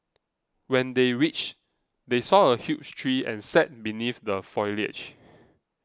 when they reached they saw a huge tree and sat beneath the foliage